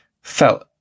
felt